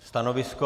Stanovisko?